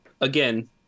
again